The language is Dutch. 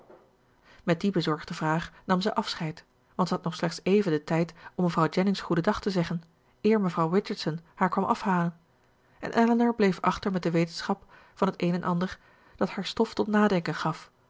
met die bezorgde vraag nam zij afscheid want zij had nog slechts even den tijd om mevrouw jennings goeden dag te zeggen eer mevrouw richardson haar kwam afhalen en elinor bleef achter met de wetenschap van t een en ander dat haar stof tot nadenken gaf